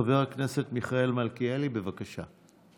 חבר הכנסת מיכאל מלכיאלי, בבקשה,